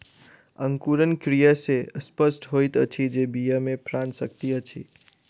अंकुरण क्रिया सॅ स्पष्ट होइत अछि जे बीया मे प्राण शक्ति अछि